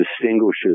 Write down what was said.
distinguishes